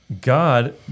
God